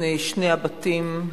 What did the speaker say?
בפני שני הבתים,